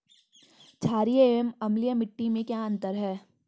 छारीय एवं अम्लीय मिट्टी में क्या अंतर है?